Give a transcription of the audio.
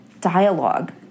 dialogue